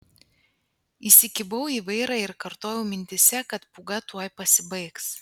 įsikibau į vairą ir kartojau mintyse kad pūga tuoj pasibaigs